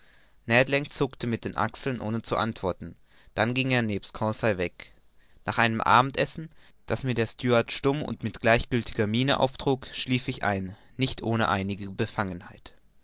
zuckte mit den achseln ohne zu antworten dann ging er nebst conseil weg nach einem abendessen das mir der steward stumm und mit gleichgiltiger miene auftrug schlief ich ein nicht ohne einige befangenheit